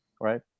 right